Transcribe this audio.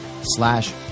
slash